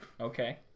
Okay